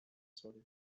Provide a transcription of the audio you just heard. słowie